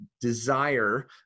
desire